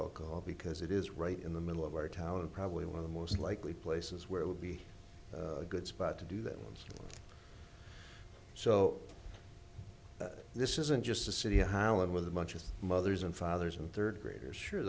alcohol because it is right in the middle of our town probably one of the most likely places where it would be a good spot to do that so this isn't just a city holiday with a bunch of mothers and fathers and third graders sure